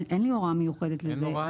אין הוראה מיוחדת לזה.